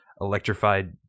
electrified